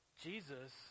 Jesus